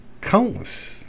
countless